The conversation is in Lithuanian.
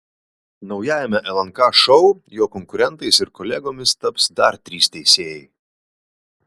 naujajame lnk šou jo konkurentais ir kolegomis taps dar trys teisėjai